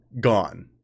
gone